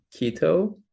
keto